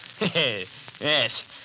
Yes